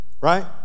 right